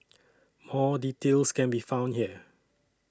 more details can be found here